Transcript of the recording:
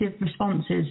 responses